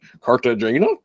Cartagena